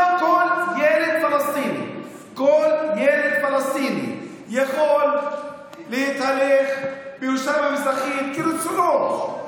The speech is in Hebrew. כל ילד פלסטיני יכול להתהלך בירושלים המזרחית כרצונו.